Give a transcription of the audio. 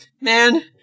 Man